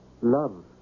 love